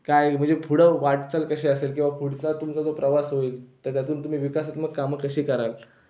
काय म्हणजे पुढं वाटचाल कशी असेल किंवा पुढचा तुमचा जो प्रवास होईल तर त्यातून तुम्ही विकासात्मक कामं कशी कराल